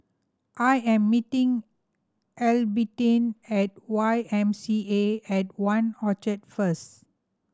I am meeting Albertine at Y M C A at One Orchard first